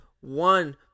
One